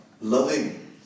loving